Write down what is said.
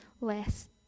less